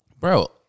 Bro